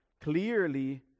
Clearly